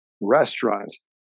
restaurants